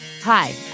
Hi